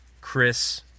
Chris